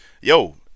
yo